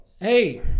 hey